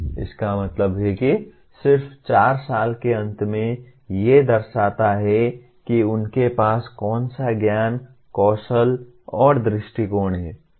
इसका मतलब है कि सिर्फ 4 साल के अंत में ये दर्शाता है कि उनके पास कौन सा ज्ञान कौशल और दृष्टिकोण है